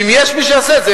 ואם יש מי שיעשה את זה,